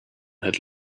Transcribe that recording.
had